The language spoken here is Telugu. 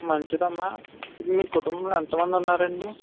మంచిది అమ్మా మీ కుటుంబంలో ఎంతమంది ఉన్నారు అండి